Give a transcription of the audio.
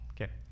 okay